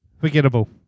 Forgettable